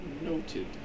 Noted